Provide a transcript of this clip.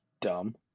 dumb